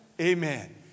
Amen